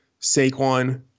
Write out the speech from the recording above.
Saquon